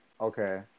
Okay